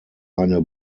eine